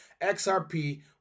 XRP